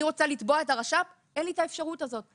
רוצה לתבוע את הרשות הפלסטינית אין לי את האפשרות הזאת.